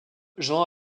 jean